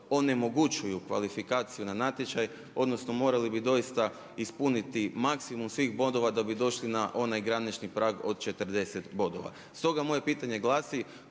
onemogućuju kvalifikaciju na natječaj, odnosno morali bi doista ispuniti maksimum svih bodova da bi došli na onaj granični prag od 40 bodova. Stoga, moje pitanje glasi